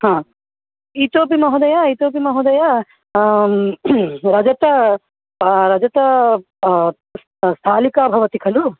हा इतोपि महोदय इतोपि महोदय रजत रजत स्थालिका भवति खलु